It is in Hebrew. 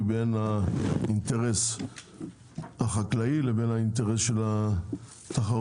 בין האינטרס החקלאי לבין האינטרס של התחרות,